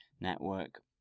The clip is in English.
network